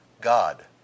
God